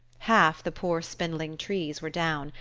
half the poor spindling trees were down,